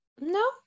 No